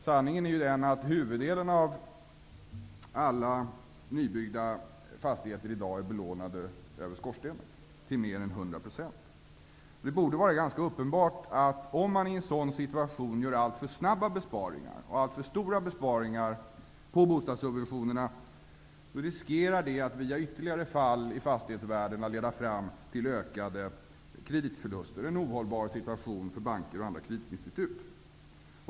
Sanningen är att huvuddelen av alla nybyggda fastigheter i dag är belånade över skorstenen, till mer än 100 %. Det borde vara ganska uppenbart att om man i en sådan situation gör alltför snabba och alltför stora besparingar i bostadssubventionerna riskerar det att via ytterligare fall i fastighetsvärdena leda fram till ökade kreditförluster och en ohållbar situation för banker och andra kreditinstitut.